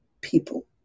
people